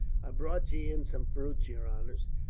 i brought ye in some fruits, yer honors.